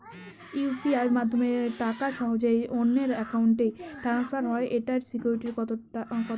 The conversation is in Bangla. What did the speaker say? ইউ.পি.আই মাধ্যমে টাকা সহজেই অন্যের অ্যাকাউন্ট ই ট্রান্সফার হয় এইটার সিকিউর কত টা?